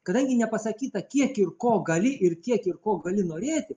kadangi nepasakyta kiek ir ko gali ir kiek ir ko gali norėti